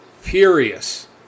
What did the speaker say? furious